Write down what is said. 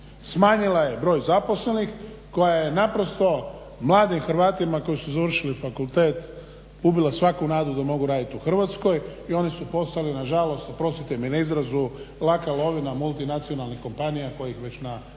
smanjila je broj zaposlenih, koja je naprosto mladim Hrvatima koji su završili fakultet ubila svaku nadu da mogu raditi u Hrvatskoj i oni su postali nažalost, oprostite mi na izrazu laka lovina multinacionalnih kompanija koje ih već na